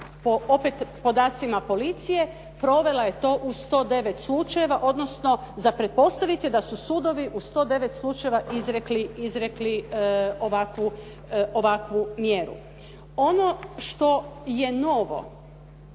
opet podacima policije provela je to u 109 slučajeva odnosno za pretpostaviti je da su sudovi u 109 slučajeva izrekli ovakvu mjeru. Ono što je novo,